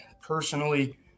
personally